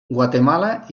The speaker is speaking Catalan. guatemala